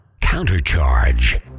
CounterCharge